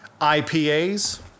IPAs